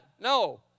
No